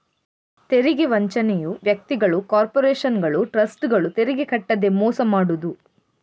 ತೆರಿಗೆ ವಂಚನೆಯು ವ್ಯಕ್ತಿಗಳು, ಕಾರ್ಪೊರೇಷನುಗಳು, ಟ್ರಸ್ಟ್ಗಳು ತೆರಿಗೆ ಕಟ್ಟದೇ ಮೋಸ ಮಾಡುದು